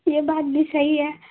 ये बात भी सही है